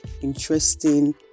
interesting